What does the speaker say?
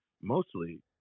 Mostly